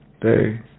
day